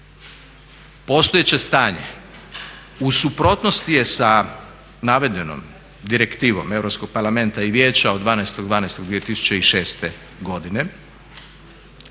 Postojeće stanje u suprotnosti je sa navedenom direktivom Europskog parlamenta i vijeća od 12.12.2006. godine